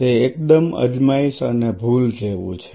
તે એકદમ અજમાયશ અને ભૂલ જેવું છે